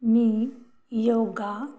मी yoga